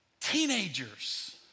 teenagers